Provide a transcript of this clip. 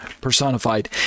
personified